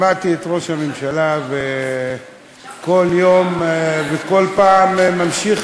שמעתי את ראש הממשלה, וכל יום וכל פעם הוא ממשיך,